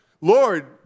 Lord